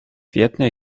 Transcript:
jednej